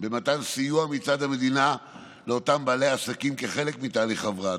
במתן סיוע מצד המדינה לאותם בעלי עסקים כחלק מתהליך הבראתם.